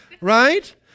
Right